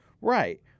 Right